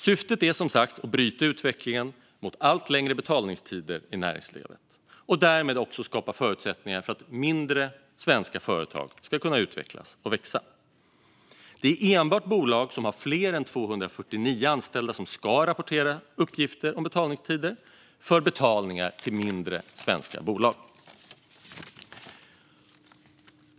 Syftet är som sagt att bryta utvecklingen mot allt längre betalningstider i näringslivet och därmed också skapa förutsättningar för mindre svenska företag att kunna utvecklas och växa. Det är enbart bolag som har fler än 249 anställda som ska rapportera uppgifter om betalningstider för betalningar till mindre svenska bolag.